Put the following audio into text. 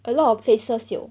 a lot of places 有